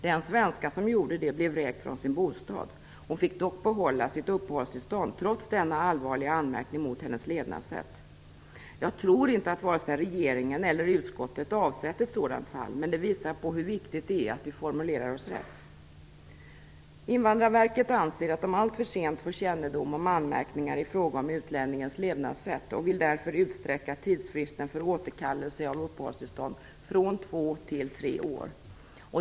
Den svenska som gjorde det blev vräkt från sin bostad. Hon fick dock behålla sitt uppehållstillstånd trots denna allvarliga anmärkning mot hennes levnadssätt. Jag tror inte att vare sig regeringen eller utskottet avsett ett sådant fall, men det visar hur viktigt det är att vi formulerar oss rätt. Invandrarverket anser att de alltför sent får kännedom om anmärkningar i fråga om utlänningens levnadssätt och vill därför utsträcka tidsfristen för återkallelse av uppehållstillstånd från 2 till 3 år.